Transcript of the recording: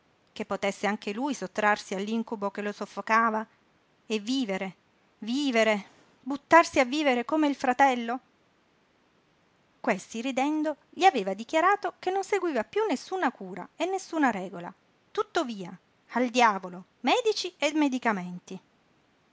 che potesse anche lui sottrarsi all'incubo che lo soffocava e vivere vivere buttarsi a vivere come il fratello questi ridendo gli aveva dichiarato che non seguiva piú nessuna cura e nessuna regola tutto via al diavolo medici e